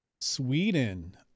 Sweden